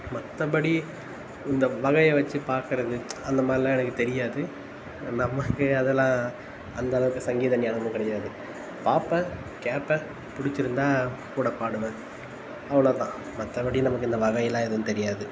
மற்றபடி இந்த வகைய வச்சி பார்க்கறது அந்த மாதிரிலாம் எனக்கு தெரியாது நமக்கு அதெலாம் அந்த அளவுக்கு சங்கீத ஞானமும் கிடையாது பார்ப்பேன் கேட்பேன் பிடிச்சுருந்தா கூட பாடுவேன் அவ்வளோ தான் மற்றபடி நமக்கு இந்த வகைலாம் எதுவும் தெரியாது